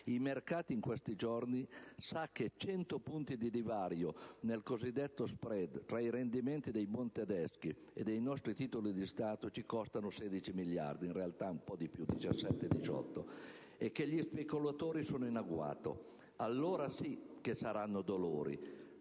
i mercati in questi giorni sa che 100 punti di divario nel cosiddetto *spread* fra i rendimenti dei *Bund* tedeschi e dei nostri titoli di Stato ci costano 16 miliardi l'anno» (in realtà un po' di più: 17-18). «E che gli speculatori sono in agguato. Allora sì, che saranno dolori: